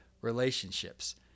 relationships